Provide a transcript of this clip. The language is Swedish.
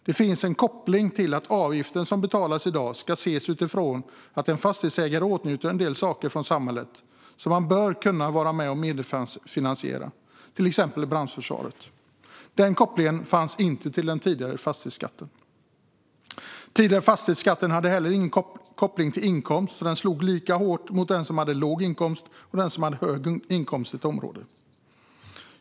Det finns en koppling till att avgiften som betalas i dag ska ses utifrån att en fastighetsägare åtnjuter en del saker från samhället som man bör kunna vara med och medfinansiera, till exempel brandförsvaret. Den kopplingen fanns inte till den tidigare fastighetsskatten. Den tidigare fastighetsskatten hade heller ingen koppling till inkomst. Den slog lika hårt mot den som hade låg inkomst som mot den som hade hög inkomst i ett område.